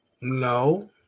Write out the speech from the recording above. no